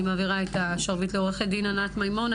אני מעבירה את השרביט לעו"ד ענת מימון,